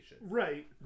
Right